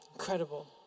incredible